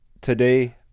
today